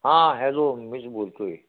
हां हॅलो मीच बोलतो आहे